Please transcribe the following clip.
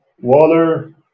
Water